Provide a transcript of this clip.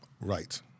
Right